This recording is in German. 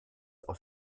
aus